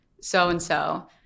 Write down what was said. so-and-so